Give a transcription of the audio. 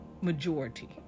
Majority